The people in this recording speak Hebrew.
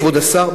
כבוד השר,